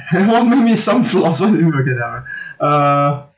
how many okay ya uh